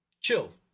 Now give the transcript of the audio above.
chill